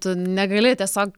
tu negali tiesiog